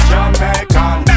Jamaican